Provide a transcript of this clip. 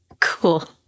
cool